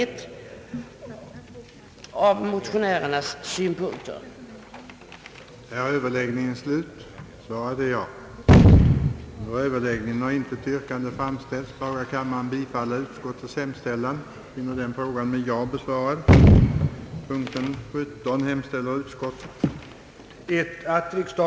1. att den hittillsvarande försöksverksamheten inom =<familjerådgivningen finge ingå som ett permanent led i den kommunala och landstingskommunala basorganisationen på det sociala området, att riksdagen skulle besluta, att en permanent statsbidragsberättigad rådgivningsverksamhet snarast skulle inrättas och att verksamheten skulle vidgas till att omfatta alla som hade behov av social rådgivning samt att familjerådgivningsbyråernas namn därefter skulle ändras så att det bättre beskreve verksamhetens innehåll.